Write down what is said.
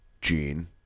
Gene